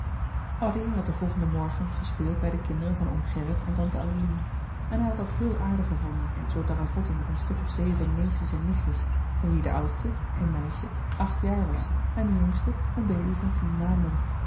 addy had den volgenden morgen gespeeld bij de kinderen van oom gerrit en tante adeline en hij had dat heel aardig gevonden zoo te ravotten met een stuk of zeven neefjes en nichtjes van wie de oudste een meisje acht jaar was en de jongste een baby van tien maanden